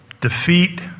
defeat